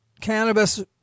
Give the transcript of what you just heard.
cannabis